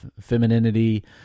femininity